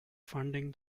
funding